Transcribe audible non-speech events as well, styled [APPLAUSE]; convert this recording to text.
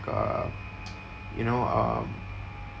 uh [NOISE] you know um